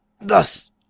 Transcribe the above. thus